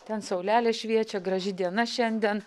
ten saulelė šviečia graži diena šiandien